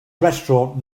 restaurant